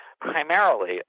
primarily